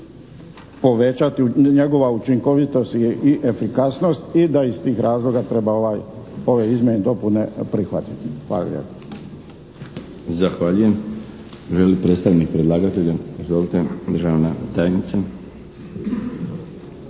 povećati njegova učinkovitost i efikasnost i da iz tih razloga treba ove izmjene i dopune prihvatiti. Hvala